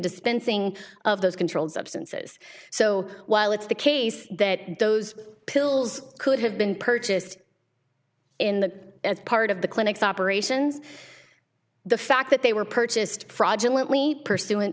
dispensing of those controlled substances so while it's the case that those pills could have been purchased in the as part of the clinics operations the fact that they were purchased fraudulent me pursu